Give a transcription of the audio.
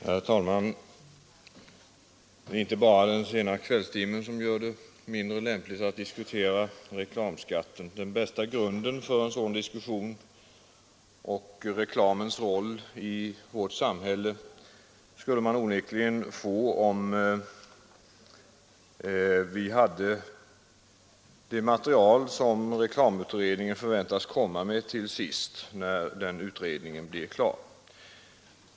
Herr talman! Det är inte bara den sena kvällstimmen som gör det mindre lämpligt att diskutera reklamskatten, men den bästa grunden för en sådan diskussion om reklamens roll i vårt samhälle skulle man onekligen få, om vi hade det material som reklamutredningen förväntas komma med när den utredningen till sist blir klar.